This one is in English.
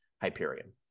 hyperion